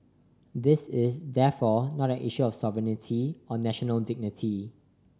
this is therefore not an issue of sovereignty or national dignity